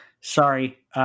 Sorry